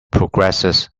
progressist